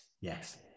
yes